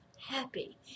happy